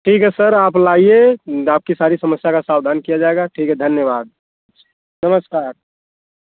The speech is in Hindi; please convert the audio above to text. ठीक है सर आप लाइये आपकी सारी समस्या का सावधान किया जायेगा ठीक है धन्यवाद हो सर